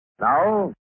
Now